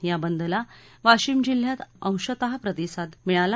या बंदला वाशिम जिल्ह्यात अंशतः प्रतिसाद मिळाला